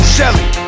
Shelly